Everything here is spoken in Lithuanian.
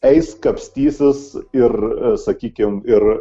eis kapstysis ir sakykim ir